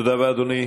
תודה רבה, אדוני.